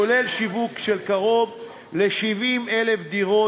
כולל שיווק של קרוב ל-70,000 דירות,